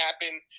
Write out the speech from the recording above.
happen